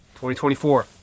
2024